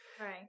Right